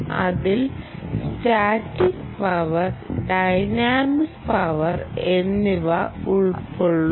അതിൽ static power dynamic power എന്നിവ ഉൾപ്പെടുന്നു